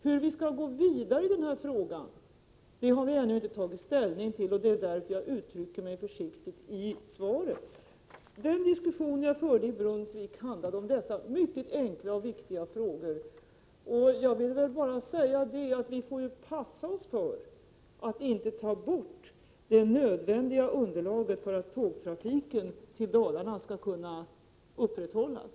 Hur vi skall gå vidare i den här frågan har vi ännu inte tagit ställning till; det är därför jag uttrycker mig försiktigt i svaret. Den diskussion som jag förde i Brunnsvik handlade om dessa mycket enkla och viktiga frågor. Vi får passa oss så att vi inte tar bort det underlag som är nödvändigt för att tågtrafiken till Dalarna skall kunna upprätthållas.